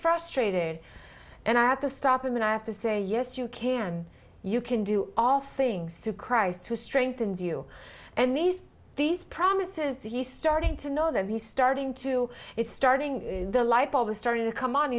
frustrated and i have to stop him and i have to say yes you can you can do all things through christ who strengthens you and these these promises he started to know that he's starting to it's starting the light bulb is starting to come on